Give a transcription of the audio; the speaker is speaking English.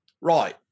Right